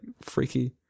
freaky